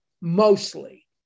mostly